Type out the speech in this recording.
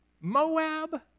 Moab